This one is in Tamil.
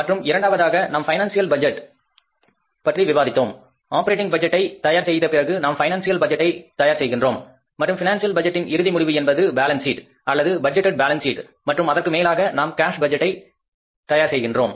மற்றும் இரண்டாவதாக நாம் பைனான்சியல் பட்ஜெட் பற்றி விவாதித்தோம் ஆப்பரேட்டிங் பட்ஜெட்டை தயார் செய்த பிறகு நாம் பைனான்சியல் பட்ஜெட்டை தயார் செய்கின்றோம் மற்றும் பைனான்சியல் பட்ஜெட்டின் இறுதி முடிவு என்பது பேலன்ஸ் சீட் அல்லது பட்ஜெட்டேட் பேலன்ஸ் சீட் மற்றும் அதற்கு மேலாக நாம் கேஸ் பட்ஜெட்டை தயார் செய்கின்றோம்